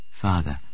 Father